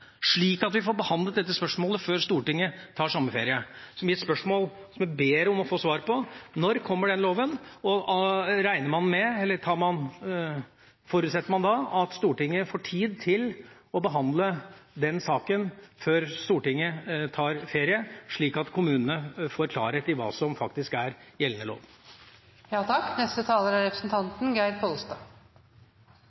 slik at vi får behandlet dette spørsmålet før Stortinget tar sommerferie. Mitt spørsmål, som jeg ber om å få svar på, er: Når kommer den loven? Og forutsetter man da at Stortinget får tid til å behandle saken før Stortinget tar ferie, slik at kommunene får klarhet i hva som faktisk er gjeldende lov? Jeg er enig med forrige taler